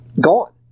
gone